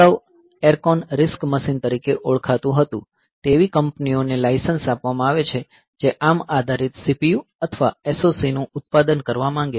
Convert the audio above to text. અગાઉ Acron RISC machine તરીકે ઓળખાતું હતું તે એવી કંપનીઓ ને લાઇસન્સ આપવામાં આવે છે જે ARM આધારિત CPUs અથવા SOC નું ઉત્પાદન કરવા માંગે છે